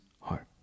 heart